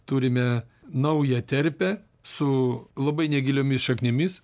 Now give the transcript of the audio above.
turime naują terpę su labai negiliomis šaknimis